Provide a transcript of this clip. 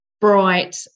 bright